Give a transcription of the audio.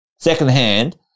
Secondhand